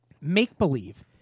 make-believe